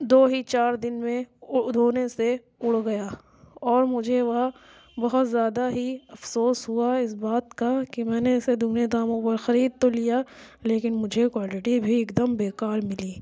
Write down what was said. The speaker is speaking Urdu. دو ہی چار دن میں دھونے سے اڑ گیا اور مجھے وہ بہت زیادہ ہی افسوس ہوا اس بات کا کہ میں نے اسے دگنے داموں پر خرید تو لیا لیکن مجھے کوالٹی بھی ایک دم بیکار ملی